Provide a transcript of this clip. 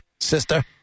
sister